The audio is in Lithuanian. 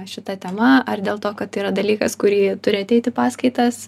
šita tema ar dėl to kad tai yra dalykas kur jie turi ateit į paskaitas